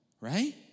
right